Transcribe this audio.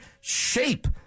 shape